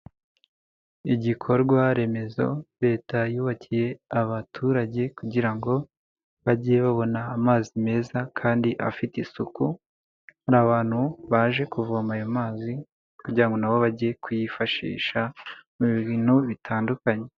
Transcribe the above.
Igikorwa remezo leta yubakiye abaturage kugira ngo bajye babona amazi meza kandi afite isuku, ni abantu baje kuvoma ayo mazi kugira ngo na bo bajye kuyifashisha mu bintu bitandukanye.